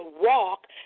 walk